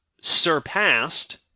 surpassed